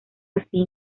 así